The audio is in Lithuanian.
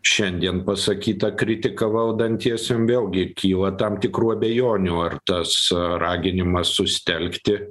šiandien pasakytą kritiką valdantiesiems vėlgi kyla tam tikrų abejonių ar tas raginimas sustelkti